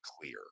clear